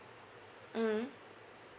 mm